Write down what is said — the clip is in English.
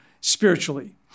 spiritually